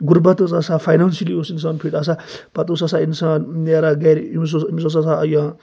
غُربَت ٲسۍ آسان فَینانشلی اوس اِنسان فِٹ آسان پَتہٕ اوس آسان اِنسان نِیران گَرِ أمِس اوس أمِس اوس آسان